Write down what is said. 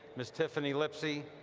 ms. tiffany lipsey,